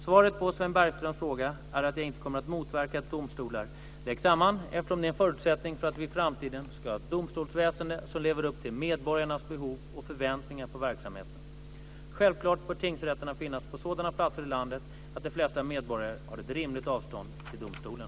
Svaret på Sven Bergströms fråga är att jag inte kommer att motverka att domstolar läggs samman eftersom det är en förutsättning för att vi i framtiden ska ha ett domstolsväsende som lever upp till medborgarnas behov och förväntningar på verksamheten. Självklart bör tingsrätterna finnas på sådana platser i landet att de flesta medborgare har ett rimligt avstånd till domstolen.